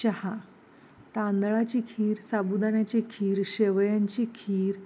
चहा तांदळाची खीर साबुदाण्याची खीर शेवयांची खीर